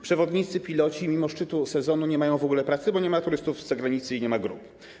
Przewodnicy, piloci wycieczek mimo szczytu sezonu nie mają w ogóle pracy, bo nie ma turystów z zagranicy i nie ma grup.